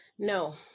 No